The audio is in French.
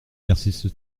persiste